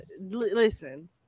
listen